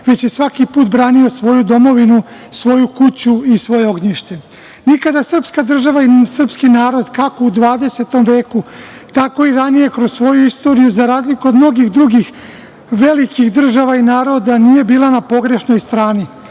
već je svaki put branio svoju domovinu, svoju kuću i svoje ognjište. Nikada srpska država, ni srpski narod, kako u 20. veku, tako i ranije kroz svoju istoriju, za razliku od mnogih drugih veliki država i naroda, nije bila na pogrešnoj strani.